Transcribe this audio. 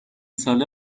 ساله